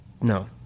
No